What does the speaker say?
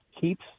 Keeps